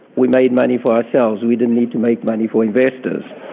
we made money for ourselves we didn't need to make money for investors.